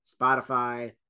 spotify